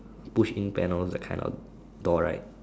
push in panel that kind of door right